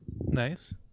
Nice